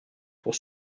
pour